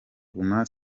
guma